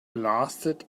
lasted